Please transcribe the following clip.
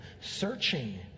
Searching